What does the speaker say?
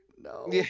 No